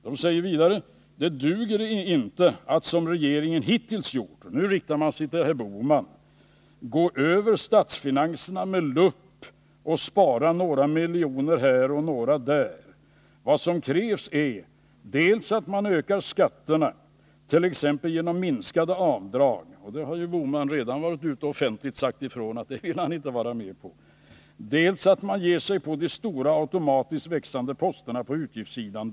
De säger också: Det duger inte att, som regeringen hittills gjort — och nu riktar man sig till herr Bohman — gå över statsfinanserna med lupp och spara några miljoner här och några där. Vad som krävs är dels att man ökar skatterna, t.ex. genom minskade avdrag — men det har Gösta Bohman redan varit ute och offentligt sagt ifrån att han inte vill vara med på — dels att man ger sig på de stora automatiskt växande posterna för utgiftssidan.